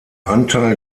anteil